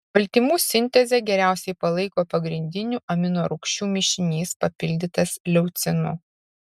baltymų sintezę geriausiai palaiko pagrindinių aminorūgščių mišinys papildytas leucinu